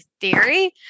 theory